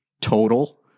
total